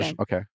Okay